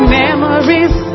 memories